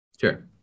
Sure